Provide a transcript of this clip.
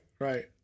right